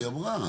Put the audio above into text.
היא אמרה.